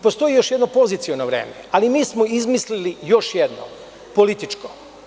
Postoji još jedno poziciono vreme, ali mi smo izmislili još jedno, političko.